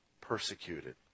persecuted